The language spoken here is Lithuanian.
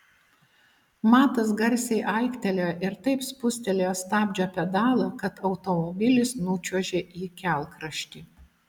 matas garsiai aiktelėjo ir taip spustelėjo stabdžio pedalą kad automobilis nučiuožė į kelkraštį